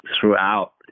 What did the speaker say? throughout